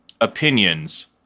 opinions